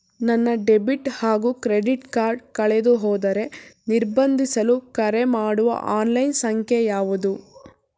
ನನ್ನ ಡೆಬಿಟ್ ಹಾಗೂ credit card ಕಳೆದುಹೋದರೆ ನಿರ್ಬಂಧಿಸಲು ಕರೆಮಾಡುವ ಆನ್ಲೈನ್ ಸಂಖ್ಯೆಯಾವುದು?